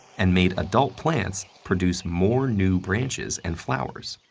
and made adult plants produce more new branches and flowers.